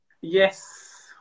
Yes